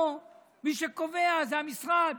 פה מי שקובע זה המשרד,